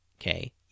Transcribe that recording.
okay